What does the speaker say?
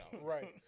Right